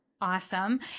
Awesome